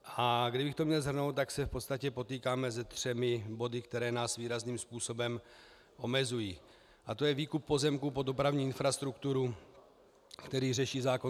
A kdybych to měl shrnout, tak se v podstatě potýkáme se třemi body, které nás výrazným způsobem omezují, a to je výkup pozemků pro dopravní infrastrukturu, který řeší zákon 416.